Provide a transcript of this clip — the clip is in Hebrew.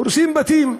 הורסים בתים.